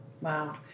Wow